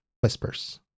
Whispers